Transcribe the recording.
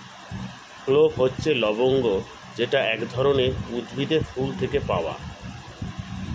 clove হচ্ছে লবঙ্গ যেটা এক ধরনের উদ্ভিদের ফুল থেকে পাওয়া